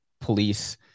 police